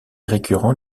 récurrente